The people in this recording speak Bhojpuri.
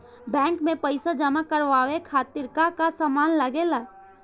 बैंक में पईसा जमा करवाये खातिर का का सामान लगेला?